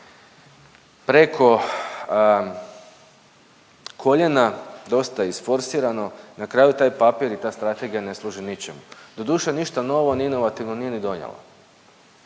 preko koljena, dosta isforsirano, na kraju taj papir i ta strategija ne služi ničemu, doduše ništa novo ni inovativno nije ni donijelo.